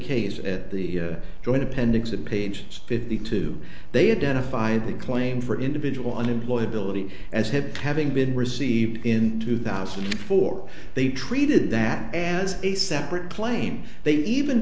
case at the joint appendix of page fifty two they had an a five b claim for individual unemployability as him having been received in two thousand and four they treated that as a separate claim they even